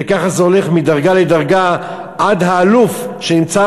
וככה זה הולך מדרגה לדרגה, עד האלוף שנמצא